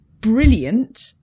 brilliant